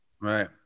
Right